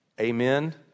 Amen